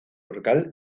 brocal